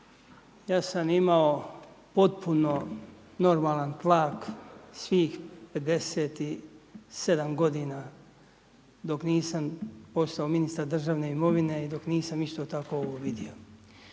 ja sam imao potpuno normalan tlak svih 57 godina dok nisam postao ministar državne imovine i dok nisam isto tako ovo vidio.